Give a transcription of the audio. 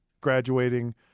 graduating